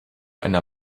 einer